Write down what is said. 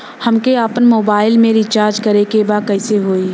हमके आपन मोबाइल मे रिचार्ज करे के बा कैसे होई?